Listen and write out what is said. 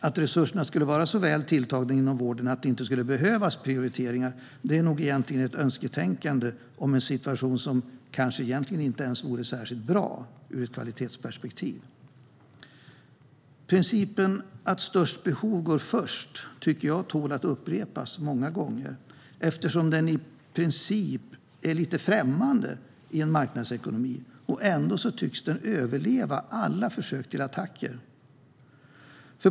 Att resurserna inom vården skulle vara så väl tilltagna att det inte skulle behövas prioriteringar är nog ett önsketänkande om en situation som kanske egentligen inte ens vore särskilt bra ur ett kvalitetsperspektiv. Principen att störst behov går först tycker jag tål att upprepas många gånger, eftersom den är lite främmande i en marknadsekonomi och ändå tycks överleva alla försök till attacker.